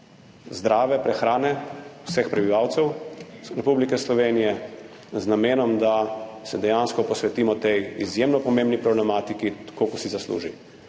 zdrave prehrane vseh prebivalcev Republike Slovenije, z namenom, da se dejansko posvetimo tej izjemno pomembni problematiki, tako kot si zasluži.